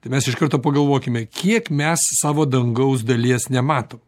tai mes iš karto pagalvokime kiek mes savo dangaus dalies nematom